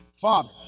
father